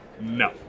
no